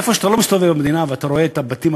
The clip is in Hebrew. איפה שאתה לא מסתובב במדינה ואתה רואה את הבתים,